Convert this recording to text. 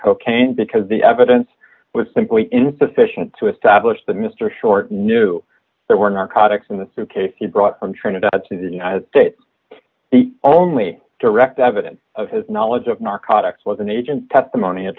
cocaine because the evidence was simply insufficient to establish that mr short knew there were narcotics in the suitcase he brought from trinidad to the united states the only direct evidence of his knowledge of narcotics was an agent testimony a